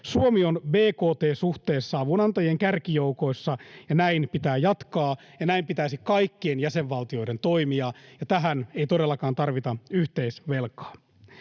Suomi on bkt-suhteessa avunantajien kärkijoukoissa, ja näin pitää jatkaa, ja näin pitäisi kaikkien jäsenvaltioiden toimia. Tähän ei todellakaan tarvitaan yhteisvelkaa.